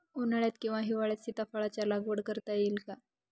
उन्हाळ्यात किंवा हिवाळ्यात सीताफळाच्या लागवड करता येईल का?